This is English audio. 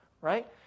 Right